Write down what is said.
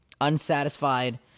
unsatisfied